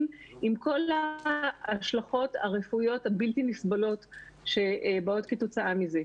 עם כל ההשלכות הרפואיות הבלתי נסבלות שבאות כתוצאה מזה.